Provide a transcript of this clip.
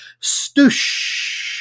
Stoosh